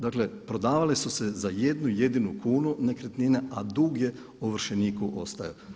Dakle, prodavale su se za jednu jedinu kunu nekretnine, a dug je ovršeniku ostajao.